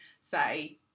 say